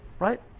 right!